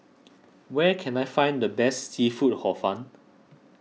where can I find the best Seafood Hor Fun